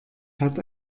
hat